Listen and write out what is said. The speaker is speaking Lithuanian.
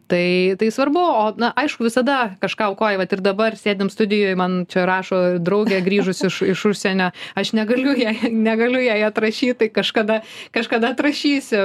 tai tai svarbu o na aišku visada kažką aukoji vat ir dabar sėdim studijoj man čia rašo draugė grįžus iš iš užsienio aš negaliu jai negaliu jai atrašyt tai kažkada kažkada atrašysiu